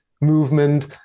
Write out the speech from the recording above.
movement